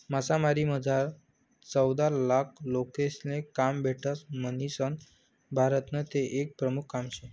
मासामारीमझार चौदालाख लोकेसले काम भेटस म्हणीसन भारतनं ते एक प्रमुख काम शे